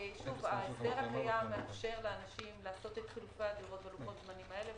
ההסדר הקיים מאפשר לאנשים לעשות את חילופי הדירות בלוחות הזמנים האלה,